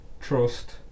trust